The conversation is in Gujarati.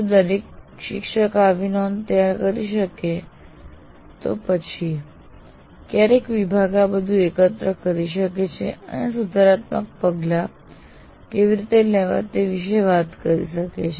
જો દરેક શિક્ષક આવી નોંધ તૈયાર કરી શકે તો પછી ક્યારેક વિભાગ આ બધું એકત્ર કરી શકે છે અને સુધારાત્મક પગલાં કેવી રીતે લેવા તે વિશે વાત કરી શકે છે